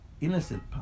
innocent